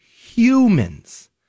humans